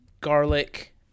garlic